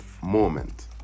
moment